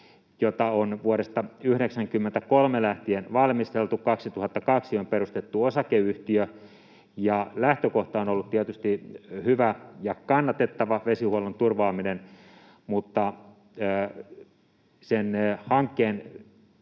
jota on vuodesta 93 lähtien valmisteltu, 2002 on perustettu osakeyhtiö. Lähtökohta on ollut tietysti hyvä ja kannatettava: vesihuollon turvaaminen. Mutta sen hankkeen